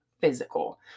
physical